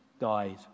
died